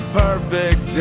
perfect